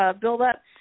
build-up